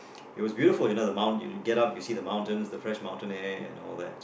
it was beautiful you know the mount you get up you see the mountain with the fresh mountain air and all that